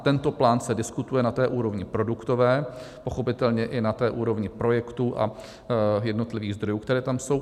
Tento plán se diskutuje na úrovni produktové, pochopitelně i na úrovni projektů a jednotlivých zdrojů, které tam jsou.